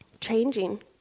changing